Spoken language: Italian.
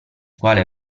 quale